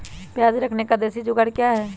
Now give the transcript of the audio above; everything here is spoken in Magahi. प्याज रखने का देसी जुगाड़ क्या है?